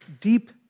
deep